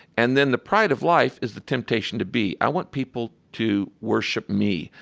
and then the pride of life is the temptation to be. i want people to worship me.